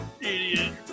idiot